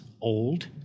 old